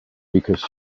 because